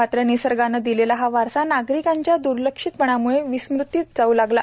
मात्र निसर्गाने दिलेला हा वारसा नागरिकांच्या द्र्लक्षितपणाम्ळे विस्मृतीत जाऊ लागला